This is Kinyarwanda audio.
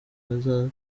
baza